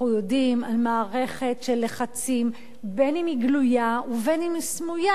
אנחנו יודעים על מערכת של לחצים בין שהיא גלויה ובין שהיא סמויה.